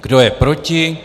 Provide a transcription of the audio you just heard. Kdo je proti?